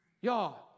Y'all